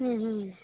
ಹ್ಞೂ ಹ್ಞೂ